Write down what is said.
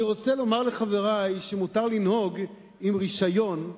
אני רוצה לומר לחברי שמותר לנהוג עם רשיון,